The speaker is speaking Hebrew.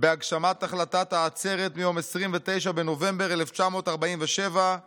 בהגשמת החלטת העצרת מיום 29 בנובמבר 1947 ותפעל